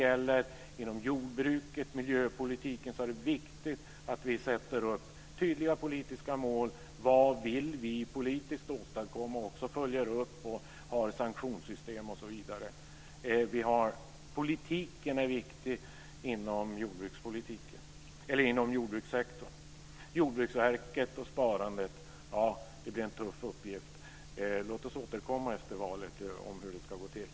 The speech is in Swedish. Men inom jordbruket och miljöpolitiken är det viktigt att vi sätter upp tydliga politiska mål om vad vi vill åstadkomma och att vi följer upp och har sanktionssystem osv. Poltiken är viktig inom jordbrukssektorn. Det blir en tuff uppgift för Jordbruksverket att spara så mycket. Låt oss återkomma efter valet om hur det ska gå till.